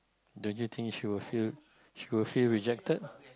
don't you think she'll feel she'll feel rejected